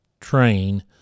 train